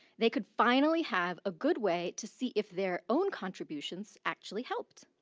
they could finally have a good way to see if their own contributions actually helped.